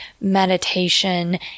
meditation